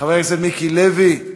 חבר הכנסת מיקי לוי,